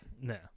No